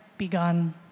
begun